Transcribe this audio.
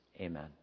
Amen